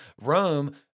Rome